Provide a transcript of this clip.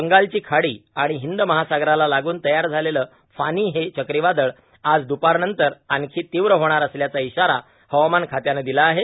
बंगालची खाडी आणि हिंद महासागराला लाग्रन तयार झालेलं फानी हे चकीवादळ आज द्रपारनंतर आणखी तीव्र होणार असल्याचा इशारा हवामान खात्यानं दिला आहे